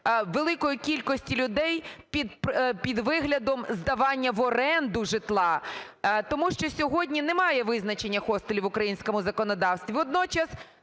великої кількості людей під виглядом здавання в оренду житла. Тому що сьогодні немає визначення "хостелів" в українському законодавстві.